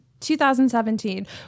2017